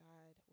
God